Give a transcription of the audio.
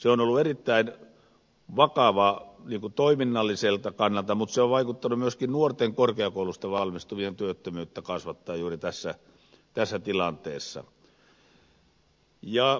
se on ollut erittäin vakavaa toiminnalliselta kannalta mutta se on vaikuttanut myöskin nuorten korkeakoulusta valmistuvien työttömyyttä kasvattavasti juuri tässä tilanteessa